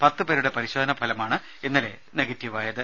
പത്ത് പേരുടെ പരിശോധനാ ഫലമാണ് ഇന്നലെ നെഗറ്റീവായത്